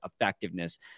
effectiveness